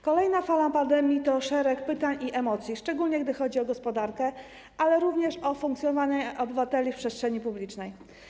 Kolejna fala pandemii to szereg pytań i emocji, szczególnie jeśli chodzi o gospodarkę, ale również o funkcjonowanie obywateli w przestrzeni publicznej.